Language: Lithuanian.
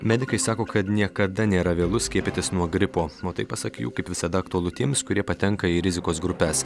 medikai sako kad niekada nėra vėlu skiepytis nuo gripo o tai pasak jų kaip visada aktualu tiems kurie patenka į rizikos grupes